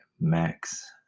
Max